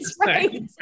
right